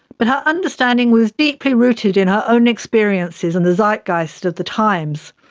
but her understanding was deeply rooted in her own experiences and the zeitgeist of the times,